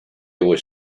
was